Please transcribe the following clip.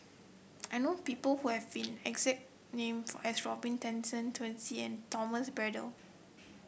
I know people who have fin exact name for as Robin Tessensohn Twisstii and Thomas Braddell